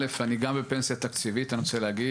דבר ראשון, אני גם בפנסיה תקציבית אני חייב להגיד.